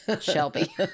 Shelby